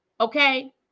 okay